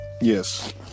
Yes